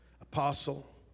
apostle